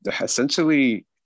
essentially